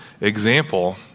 example